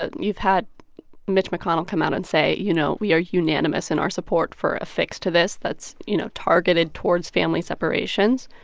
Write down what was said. ah you've had mitch mcconnell come out and say, you know, we are unanimous in our support for a fix to this that's, you know, targeted towards family separations.